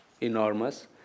enormous